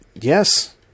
Yes